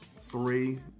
Three